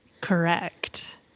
Correct